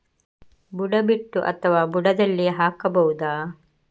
ಬುಡ ಬಿಟ್ಟು ಅಥವಾ ಬುಡದಲ್ಲಿ ಹಾಕಬಹುದಾ?